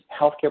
healthcare